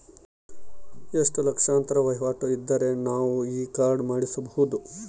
ಎಷ್ಟು ಲಕ್ಷಾಂತರ ವಹಿವಾಟು ಇದ್ದರೆ ನಾವು ಈ ಕಾರ್ಡ್ ಮಾಡಿಸಬಹುದು?